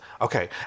okay